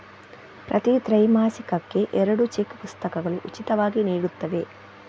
ಪ್ರತಿ ತ್ರೈಮಾಸಿಕಕ್ಕೆ ಎರಡು ಚೆಕ್ ಪುಸ್ತಕಗಳು ಉಚಿತವಾಗಿ ನೀಡುತ್ತವೆ